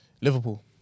Liverpool